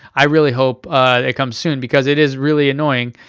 i really hope it comes soon, because it is really annoying.